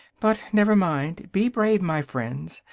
but never mind be brave, my friends,